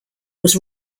was